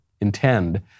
intend